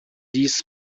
dies